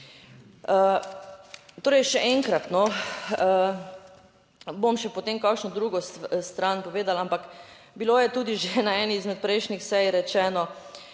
Torej še enkrat, bom še, potem kakšno drugo stran povedala, ampak bilo je tudi že na eni izmed prejšnjih sej rečeno,